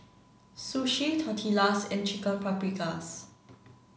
sushi tortillas and chicken paprikas